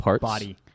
body